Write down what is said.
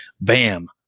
bam